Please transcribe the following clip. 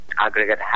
aggregate